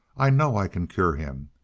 i know i can cure him.